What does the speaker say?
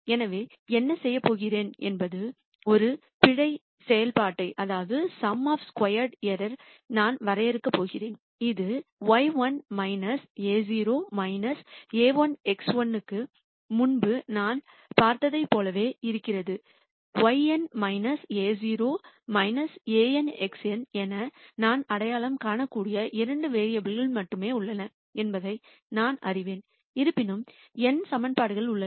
எனவே நான் என்ன செய்யப் போகிறேன் என்பது ஒரு பிழை செயல்பாட்டை நான் வரையறுக்கப் போகிறேன் இது y1 a₀ a₁ x1 க்கு முன்பு நாம் பார்த்ததைப் போலவே இருக்கிறது yn a₀ an xn என நான் அடையாளம் காணக்கூடிய இரண்டு வேரியபுல் மட்டுமே உள்ளன என்பதை நான் அறிவேன் இருப்பினும் n சமன்பாடுகள் உள்ளன